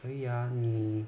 可以 ah 你